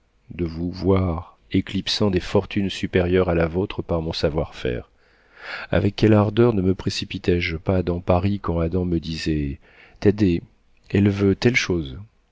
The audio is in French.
de vous voir éclipsant des fortunes supérieures à la vôtre par mon savoir-faire avec quelle ardeur ne me précipitais je pas dans paris quand adam me disait thaddée elle veut telle chose